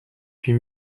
huit